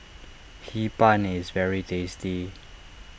Hee Pan is very tasty